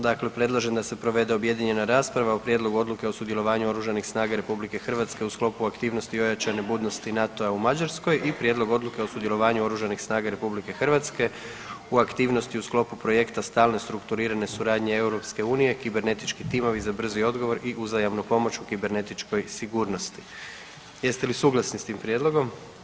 Dakle predlažem da se provede objedinjena rasprava o - Prijedlog odluke o sudjelovanju Oružanih snaga Republike Hrvatske u sklopu aktivnosti i ojačane budnosti NATO-a u Mađarskoj i - Prijedlog odluke o sudjelovanju Oružanih snaga Republike Hrvatske u aktivnosti u sklopu projekta stalne strukturirane suradnje EU „Kibernetički timovi za brzi odgovor i uzajamnu pomoć u kibernetičkoj sigurnosti“ Jeste li suglasni sa tim prijedlogom?